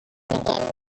again